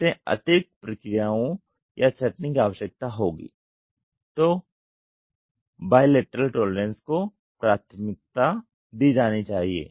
इससे अतिरिक्त प्रक्रियाओं या छंटनी की आवश्यकता होगी तो बायलैटरल टॉलरेंसेस को प्राथमिकता दी जानी चाहिए